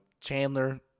Chandler